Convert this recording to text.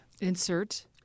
Insert